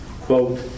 Quote